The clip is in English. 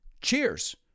Cheers